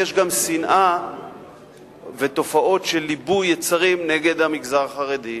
יש גם שנאה ותופעות של ליבוי יצרים נגד המגזר החרדי.